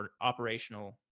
operational